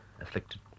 afflicted